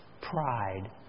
Pride